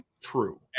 true